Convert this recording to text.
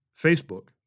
Facebook